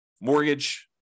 mortgage